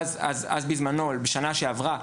בשנה שעברה,